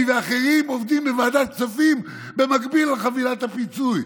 ואחרים עובדים בוועדת הכספים במקביל על חבילת הפיצוי.